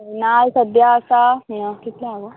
नाल्ल सद्या आसा नाल कितले हा गो